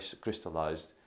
crystallized